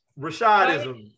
Rashadism